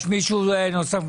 יש מישהו נוסף?